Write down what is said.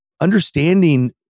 understanding